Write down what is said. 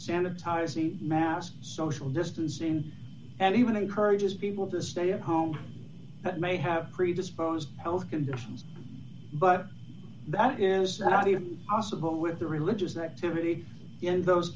sanitizing mass social distancing and even encourages people to stay at home that may have predisposed health conditions but that is not even possible with the religious activity in those